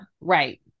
Right